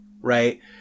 Right